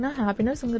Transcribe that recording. happiness